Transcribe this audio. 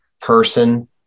person